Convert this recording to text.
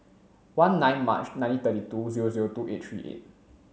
one nine March nineteen thirty two zero zero two eight three eight